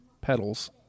Petals